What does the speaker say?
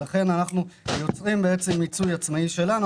לכן אנחנו יוצרים בעצם מיצוי עצמאי שלנו,